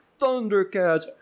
Thundercats